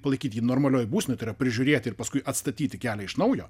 palaikyti jį normalioj būsenoj tai yra prižiūrėti ir paskui atstatyti kelią iš naujo